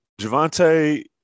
Javante